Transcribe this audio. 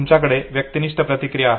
तुमच्याकडे व्यक्तिनिष्ठ प्रतिक्रिया आहे